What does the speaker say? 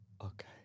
Okay